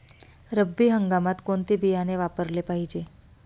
रब्बी हंगामात कोणते बियाणे वापरले पाहिजे?